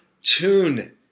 tune